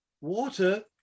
Water